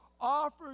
offer